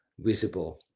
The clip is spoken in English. visible